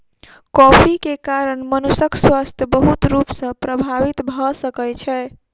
coffee के कारण मनुषक स्वास्थ्य बहुत रूप सॅ प्रभावित भ सकै छै